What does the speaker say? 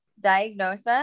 diagnosis